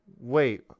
Wait